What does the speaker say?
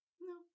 no